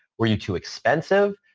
were you too expensive?